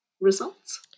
results